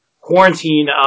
quarantine